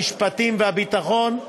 המשפטים והביטחון.